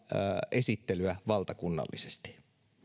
esittely valtakunnallisesti